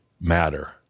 matter